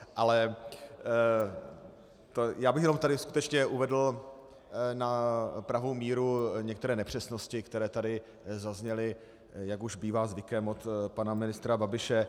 Ale já bych jenom tady skutečně uvedl na pravou míru některé nepřesnosti, které tady zazněly, jak už bývá zvykem, od pana ministra Babiše.